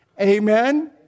Amen